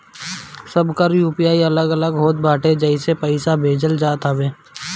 सबकर यू.पी.आई अलग अलग होत बाटे जेसे पईसा भेजल जात हवे